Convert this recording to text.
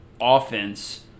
offense